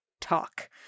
talk